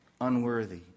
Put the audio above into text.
unworthy